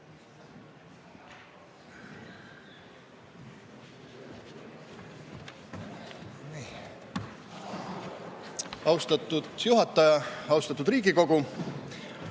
Austatud juhataja! Austatud Riigikogu!